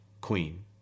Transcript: Queen